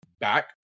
back